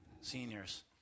seniors